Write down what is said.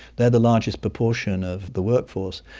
they are the largest proportion of the workforce,